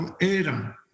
era